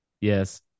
Yes